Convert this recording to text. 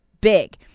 big